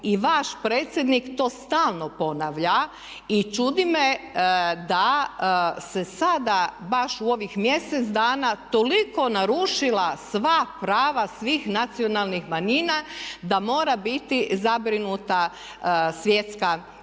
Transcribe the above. i vaš predsjednik to stalno ponavlja. I čudi me da se sada baš u ovih mjesec dana toliko narušila sva prava svih nacionalnih manjina da mora biti zabrinuta svjetska zajednica.